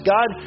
God